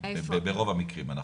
ברוב המקרים.